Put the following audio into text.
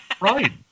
Right